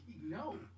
no